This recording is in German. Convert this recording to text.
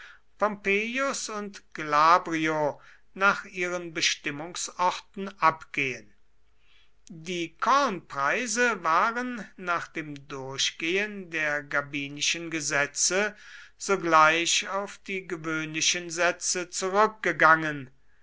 und glabrio nach ihren bestimmungsorten abgehen die kornpreise waren nach dem durchgehen der gabinischen gesetze sogleich auf die gewöhnlichen sätze zurückgegangen